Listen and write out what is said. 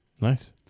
Nice